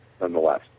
nonetheless